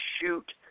shoot –